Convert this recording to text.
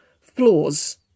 flaws